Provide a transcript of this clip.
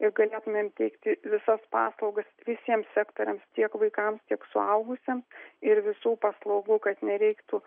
ir galėtumėm teikti visas paslaugas visiems sektoriams tiek vaikams tiek suaugusiems ir visų paslaugų kad nereiktų